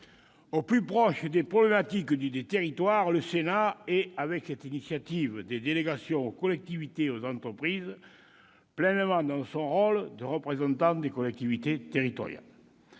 au plus proche des problématiques des territoires, le Sénat est, avec cette initiative de la délégation aux collectivités territoriales et de la délégation aux entreprises, pleinement dans son rôle de représentant des collectivités territoriales.